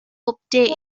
update